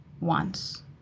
wants